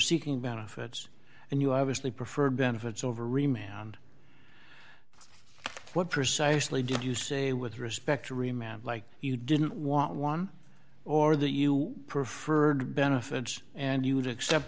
seeking benefits and you obviously preferred benefits over what precisely did you say with respect to remap like you didn't want one or that you preferred benefits and you would accept